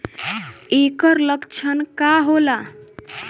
ऐकर लक्षण का होला?